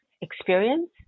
experience